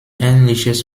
ähnliches